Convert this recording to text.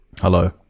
Hello